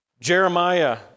Jeremiah